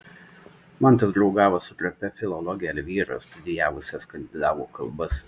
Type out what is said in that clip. mantas draugavo su trapia filologe elvyra studijavusia skandinavų kalbas